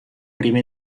prima